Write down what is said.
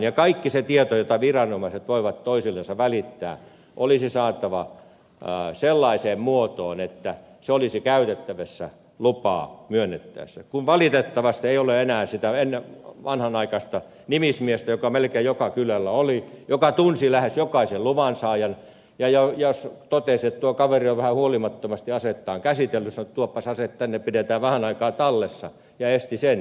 kaik ki se tieto jota viranomaiset voivat toisillensa välittää olisi saatava sellaiseen muotoon että se olisi käytettävissä lupaa myönnettäessä kun valitettavasti ei ole enää sitä vanhanaikaista nimismiestä joka melkein joka kylällä oli ja joka tunsi lähes jokaisen luvansaajan ja jos totesi että tuo kaveri on vähän huolimattomasti asettaan käsitellyt niin hän sanoi että tuoppas ase tänne pidetään vähän aikaa tallessa ja esti sen käytön